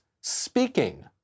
speaking